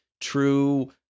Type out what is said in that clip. true